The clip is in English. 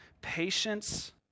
patience